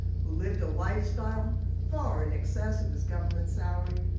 who lived a lifestyle far in excess of his government salary,